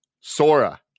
Sora